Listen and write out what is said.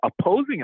opposing